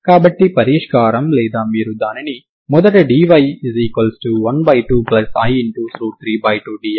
కాబట్టి పరిష్కారం లేదా మీరు దానిని మొదట dy12i32dx ను పరిష్కరించండి